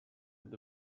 with